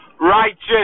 Righteous